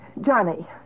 Johnny